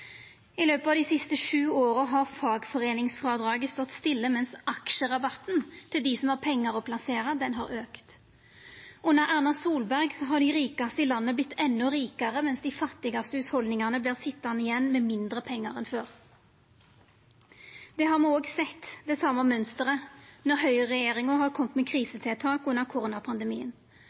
I løpet av dei siste sju åra har fagforeiningsfrådraget stått stille, mens aksjerabatten til dei som har pengar å plassera, har auka. Under Erna Solberg har dei rikaste i landet vorte endå rikare, mens dei fattigaste hushalda vert sitjande igjen med mindre pengar enn før. Det har me òg sett – det same mønsteret – når høgreregjeringa har kome med krisetiltak under koronapandemien.